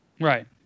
Right